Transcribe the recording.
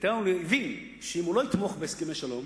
נתניהו הבין שאם הוא לא יתמוך בהסכמי שלום,